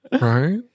Right